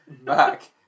back